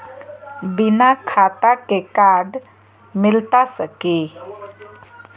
बिना खाता के कार्ड मिलता सकी?